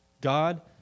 God